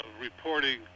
reporting